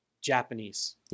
Japanese